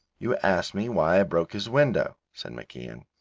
you asked me why i broke his window, said macian,